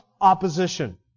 opposition